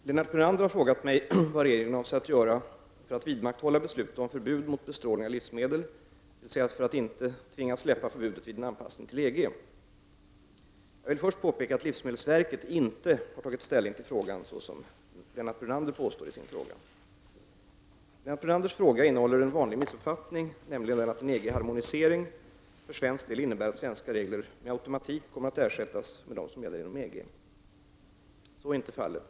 Herr talman! Lennart Brunander har frågat mig vad regeringen avser att göra för att vidmakthålla beslutet om förbud mot bestrålning av livsmedel, dvs. för att inte tvingas släppa förbudet vid en anpassning till EG. Jag vill först påpeka att livsmedelsverket inte tagit ställning till frågan såsom Lennart Brunander påstår. Lennart Brunanders fråga innehåller en vanlig missuppfattning, nämligen den att en EG-harmonisering för svensk del innebär att svenska regler med automatik kommmer att ersättas med dem som gäller inom EG. Så är inte fallet.